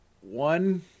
one